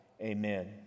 amen